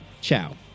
ciao